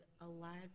alive